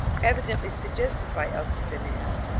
evidently suggested by elsie venner,